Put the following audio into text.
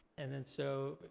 and then so,